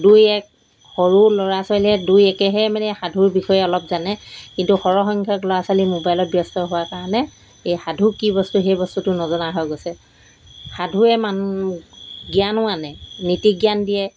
দুই এক সৰু ল'ৰা ছোৱালীয়ে দুই একেহে মানে সাধুৰ বিষয়ে অলপ জানে কিন্তু সৰহসংখ্যক ল'ৰা ছোৱালী মোবাইলত ব্যস্ত হোৱাৰ কাৰণে এই সাধু কি বস্তু সেই বস্তুটো নজনা হৈ গৈছে সাধুৱে মান জ্ঞানো আনে নীতি জ্ঞান দিয়ে